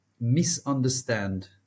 misunderstand